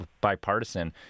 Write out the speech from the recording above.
bipartisan